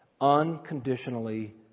unconditionally